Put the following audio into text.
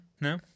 No